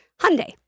Hyundai